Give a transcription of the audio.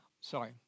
sorry